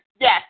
Yes